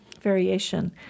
variation